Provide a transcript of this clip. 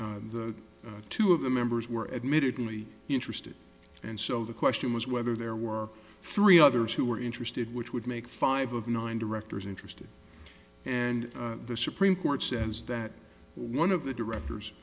two of the members were admittedly interested and so the question was whether there were three others who were interested which would make five of nine directors interested and the supreme court says that one of the director